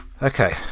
Okay